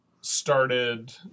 started